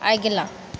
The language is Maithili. अगिला